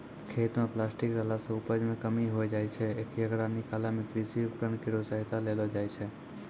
खेत म प्लास्टिक रहला सें उपज मे कमी होय जाय छै, येकरा निकालै मे कृषि उपकरण केरो सहायता लेलो जाय छै